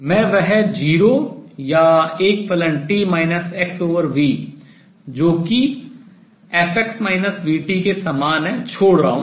मैं वह 0 या एक फलन t xv जो कि f के समान है छोड़ रहा हूँ